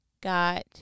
got